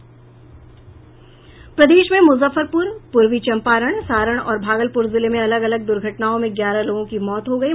प्रदेश में मुजफ्फरपुर पूर्वी चंपारण सारण और भागलपुर जिले में अलग अलग दुर्घटनाओं में ग्यारह लोगों की मौत हो गयी